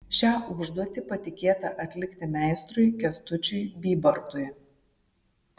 šią užduotį patikėta atlikti meistrui kęstučiui bybartui